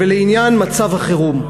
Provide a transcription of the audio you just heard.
ולעניין מצב החירום: